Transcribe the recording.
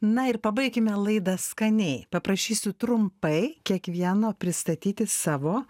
na ir pabaikime laidą skaniai paprašysiu trumpai kiekvieno pristatyti savo